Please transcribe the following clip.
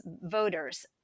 voters